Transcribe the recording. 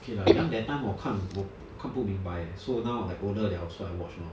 K lah young that time 我看我看不明白 so now like older liao so I watch lor